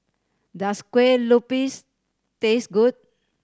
does Kueh Lopes taste good